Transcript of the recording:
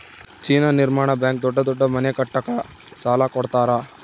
China ನಿರ್ಮಾಣ bank ದೊಡ್ಡ ದೊಡ್ಡ ಮನೆ ಕಟ್ಟಕ ಸಾಲ ಕೋಡತರಾ